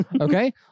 Okay